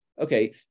okay